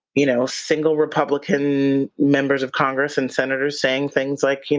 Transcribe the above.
you know single republican members of congress and senators saying things like,